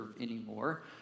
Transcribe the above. anymore